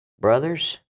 Brothers